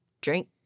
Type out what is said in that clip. drink